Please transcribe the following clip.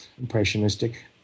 impressionistic